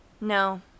No